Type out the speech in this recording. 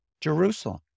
Jerusalem